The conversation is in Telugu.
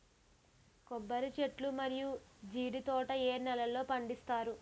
కొబ్బరి చెట్లు మరియు జీడీ తోట ఏ నేలల్లో పండిస్తారు?